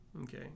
Okay